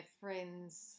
friends